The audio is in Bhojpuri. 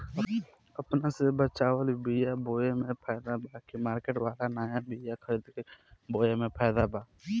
अपने से बचवाल बीया बोये मे फायदा बा की मार्केट वाला नया बीया खरीद के बोये मे फायदा बा?